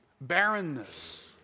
Barrenness